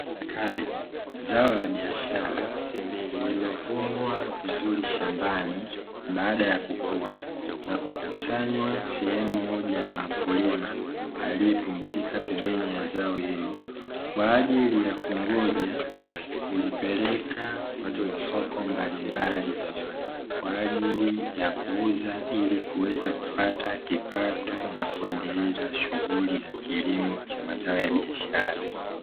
Kabeji. Zao la biashara, ililovunwa vizuri shambani, baada ya kukua na kukusanywa sehemu moja na mkulima aliyepumzika pembeni ya zao hilo kwa ajili ya kungoja kulipeleka kwenye masoko mbalimbali kwa ajili ya kuuza, ili kuweza kupata kipato na kuendeleza shughuli za kilimo cha mazao ya biashara.